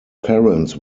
parents